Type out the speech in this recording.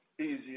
easier